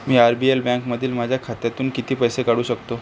मी R B L बँकमधील माझ्या खात्यातून किती पैसे काढू शकतो